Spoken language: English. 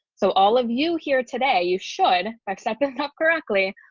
so all of you here today, you should accept it correctly.